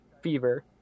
fever